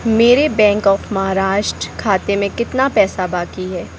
मेरे Bank of Maharashtra खाते में कितना पैसा बाकी है